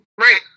Right